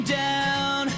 down